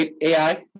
AI